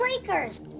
Lakers